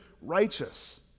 righteous